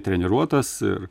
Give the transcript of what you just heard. treniruotas ir